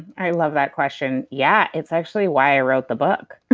i love that question. yeah. it's actually why i wrote the book.